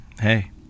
hey